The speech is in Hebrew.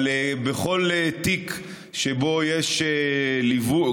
אבל בכל תיק שבו יש ליווי,